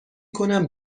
کنم